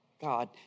God